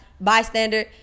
bystander